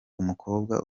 umukobwa